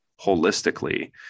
holistically